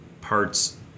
parts